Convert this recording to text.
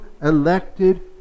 elected